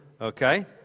okay